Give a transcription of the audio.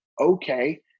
okay